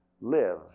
live